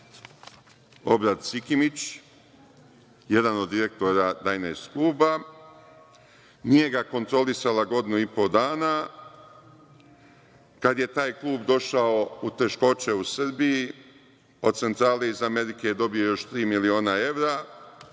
Obradom Sikimićem, jedan od direktora „Dajners kluba“, njega je kontrolisala godinu i po dana. Kada je taj klub došao u teškoće u Srbiji, od centrale iz Amerike je dobio još tri miliona evra.